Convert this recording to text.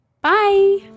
Bye